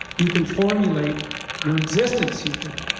you can formulate your existence you can